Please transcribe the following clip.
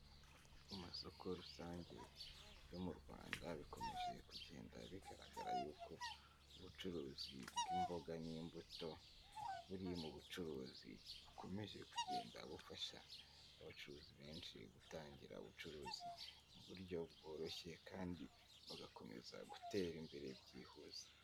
Ku masoko rusange yo mu Rwanda bikomeje kugenda bigaragara yuko ubucuruzi bw'imboga n'imbuto buri mu bucuruzi bukomeje kugenda bufasha abacuruzi benshi gutangira ubucuruzi mu buryo bworoshye kandi bagakomeza gutera imbere byihuse.